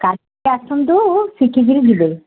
କାଲି ଆସନ୍ତୁ ଶିଖିକିରି ଯିବେ